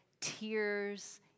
tears